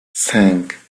cinq